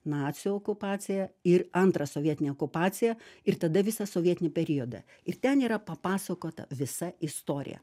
nacių okupaciją ir antrą sovietinę okupaciją ir tada visą sovietinį periodą ir ten yra papasakota visa istorija